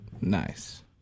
Nice